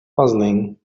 puzzling